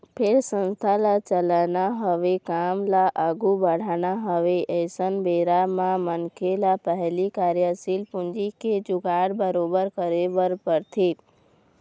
फेर संस्था ल चलाना हवय काम ल आघू बढ़ाना हवय अइसन बेरा बर मनखे ल पहिली कार्यसील पूंजी के जुगाड़ बरोबर करे बर परथे